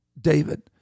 David